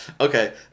Okay